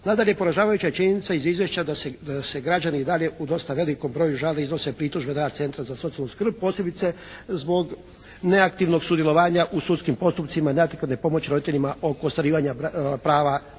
Nadalje poražavajuća je činjenica iz izvješća da se građani i dalje u dosta velikom broju žale i iznose pritužbe na rad centra za socijalnu skrb posebice zbog neaktivnog sudjelovanja u sudskim postupcima i … /Ne razumije se./ … pomoći roditeljima oko ostvarivanja prava